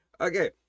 Okay